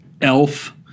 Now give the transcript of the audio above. ELF